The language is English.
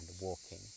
walking